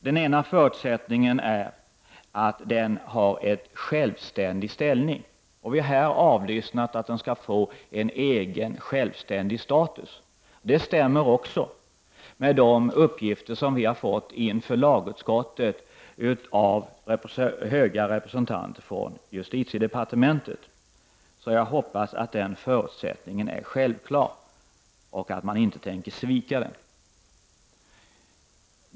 Den ena förutsättningen är att det har en självständig ställning. Vi har här hört att det skall få en självständig status. Detta stämmer också med uppgifter till lagutskottet av höga representanter från justitiedepartementet. Jag hoppas att den förutsättningen är självklar, och att man inte tänker svika den.